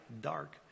dark